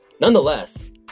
Nonetheless